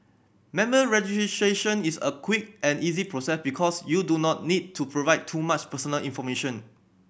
member registration is a quick and easy process because you do not need to provide too much personal information